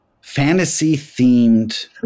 fantasy-themed